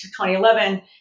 2011